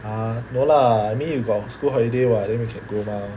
!huh! no lah I mean you got school holiday [what] then we can go mah